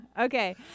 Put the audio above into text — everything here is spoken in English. okay